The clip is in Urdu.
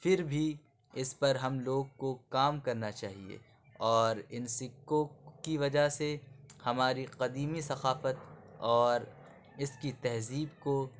پھر بھی اِس پر ہم لوگ کو کام کرنا چاہیے اور اِن سکّوں کی وجہ سے ہماری قدیمی ثقافت اور اِس کی تہذیب کو